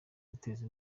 duteze